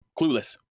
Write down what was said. clueless